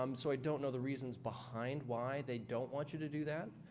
um so i don't know the reasons behind why they don't want you to do that.